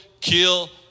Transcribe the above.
kill